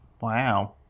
Wow